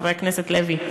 חבר הכנסת לוי,